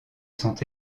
sont